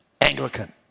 Anglican